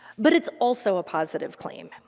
but it's also a positive claim.